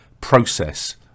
process